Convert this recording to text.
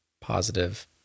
positive